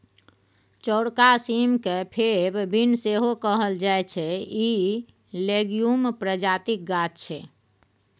चौरका सीम केँ फेब बीन सेहो कहल जाइ छै इ लेग्युम प्रजातिक गाछ छै